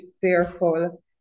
fearful